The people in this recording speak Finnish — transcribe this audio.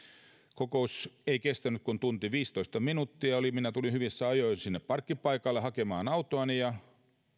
kokous ei kestänyt kuin tunnin ja viisitoista minuuttia ja minä tulin hyvissä ajoin sinne parkkipaikalle hakemaan autoani ja